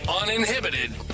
uninhibited